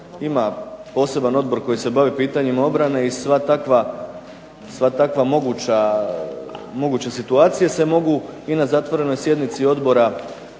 ima posebni odbor koji se bavi pitanjima obrane i sva takva moguća situacije se mogu i na zatvorenoj sjednici Odbora